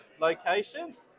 locations